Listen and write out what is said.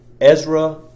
Ezra